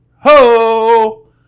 ho